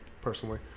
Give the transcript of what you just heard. personally